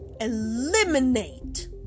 eliminate